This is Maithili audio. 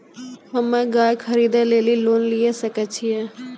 हम्मे गाय खरीदे लेली लोन लिये सकय छियै?